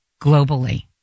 globally